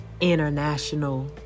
International